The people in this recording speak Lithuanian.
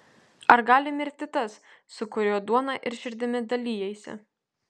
ar gali mirti tas su kuriuo duona ir širdimi dalijaisi